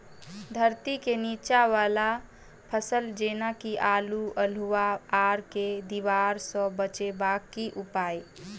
धरती केँ नीचा वला फसल जेना की आलु, अल्हुआ आर केँ दीवार सऽ बचेबाक की उपाय?